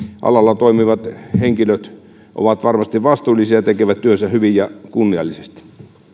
alalla toimivat henkilöt ovat varmasti vastuullisia ja tekevät työnsä hyvin ja kunniallisesti